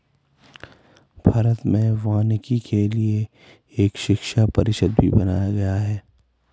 भारत में वानिकी के लिए एक शिक्षा परिषद भी बनाया गया है